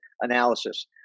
analysis